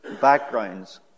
backgrounds